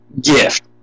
gift